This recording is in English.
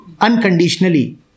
unconditionally